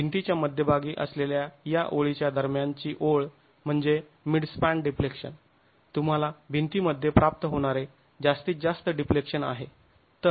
भिंतीच्या मध्यभागी असलेल्या या ओळीच्या दरम्यान ची ओळ म्हणजे मिडस्पॅन डिफ्लेक्शन तुम्हाला भिंतीमध्ये प्राप्त होणारे जास्तीत जास्त डिफ्लेक्शन आहे